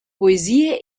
poesie